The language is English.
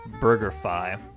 BurgerFi